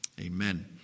Amen